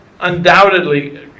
undoubtedly